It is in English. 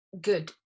good